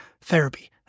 therapy